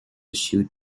shoot